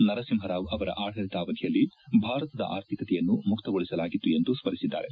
ನರಸಿಂಹ ರಾವ್ ಅವರ ಆಡಳಿತಾವಧಿಯಲ್ಲಿ ಭಾರತದ ಆರ್ಥಿಕತೆಯನ್ನು ಮುಕ್ತಗೊಳಿಸಲಾಗಿತ್ತು ಎಂದು ಸ್ಪರಿಸಿದ್ದಾರೆ